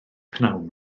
pnawn